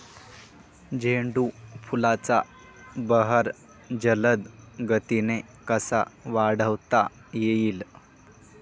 झेंडू फुलांचा बहर जलद गतीने कसा वाढवता येईल?